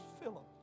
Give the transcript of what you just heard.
Philip